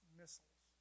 missiles